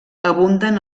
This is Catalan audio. abunden